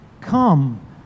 Come